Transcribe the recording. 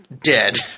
dead